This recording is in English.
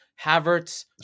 Havertz